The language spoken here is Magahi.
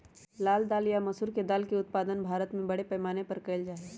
लाल दाल या मसूर के दाल के उत्पादन भारत में बड़े पैमाने पर कइल जा हई